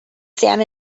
san